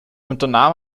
unternahm